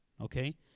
okay